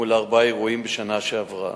מול ארבעה אירועים בשנה שעברה.